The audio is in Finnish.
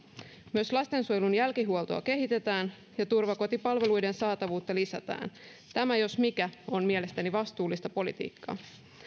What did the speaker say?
myös lastensuojelun jälkihuoltoa kehitetään ja turvakotipalveluiden saatavuutta lisätään tämä jos mikä on mielestäni vastuullista politiikkaa